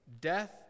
death